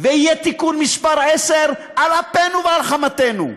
ויהיה תיקון מס' 10 על אפנו ועל חמתנו,